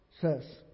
says